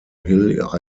hill